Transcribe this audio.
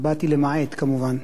באתי למעט כמובן.